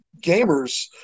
gamers